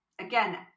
again